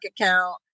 account